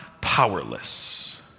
powerless